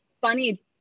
funny